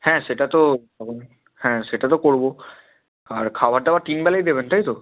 হ্যাঁ সেটা তো হ্যাঁ সেটা তো করবো আর খাবার দাবার তিনবেলাই দেবেন তাই তো